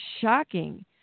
shocking